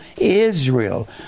Israel